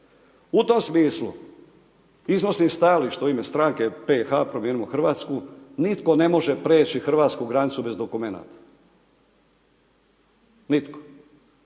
U tom smislu, iznosi i stajalište u ime stranke PH, Promijenimo Hrvatsku, nitko ne može preći Hrvatsku granicu bez dokumenata. Nitko.